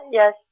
yes